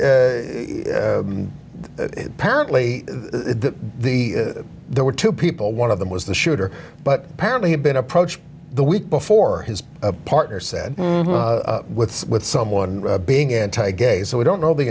apparently the the there were two people one of them was the shooter but apparently had been approached the week before his partner said with with someone being anti gay so we don't know the